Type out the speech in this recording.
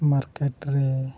market ᱨᱮ